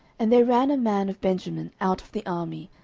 and there ran a man of benjamin out of the army,